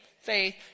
faith